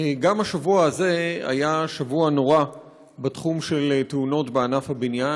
גם השבוע הזה היה שבוע נורא בתחום של תאונות בענף הבניין.